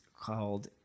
called